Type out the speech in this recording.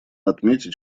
отметить